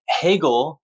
Hegel